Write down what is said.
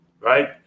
right